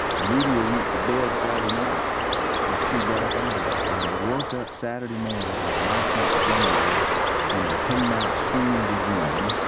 the media went to bed friday night with two black eyes and they woke up saturday morning on the nineteenth of january and they came out swinging again,